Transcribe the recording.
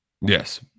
Yes